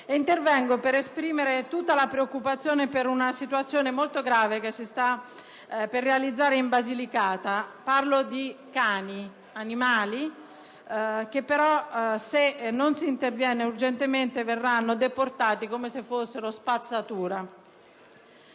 Intervengo per esprimere tutta la preoccupazione per una situazione molto grave che si sta per realizzare in Basilicata. Mi riferisco a dei cani, animali che se non si interviene urgentemente verranno deportati, come se fossero spazzatura.